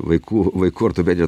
vaikų vaikų ortopedija